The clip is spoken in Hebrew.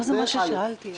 זה לא מה ששאלתי.